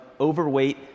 overweight